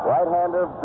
Right-hander